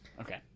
Okay